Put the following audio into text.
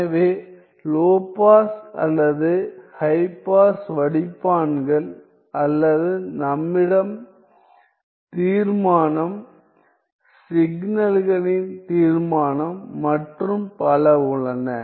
எனவே low pass அல்லது high pass வடிப்பான்கள் அல்லது நம்மிடம் தீர்மானம் சிக்னல்களின் தீர்மானம் மற்றும் பல உள்ளன